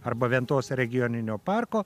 arba ventos regioninio parko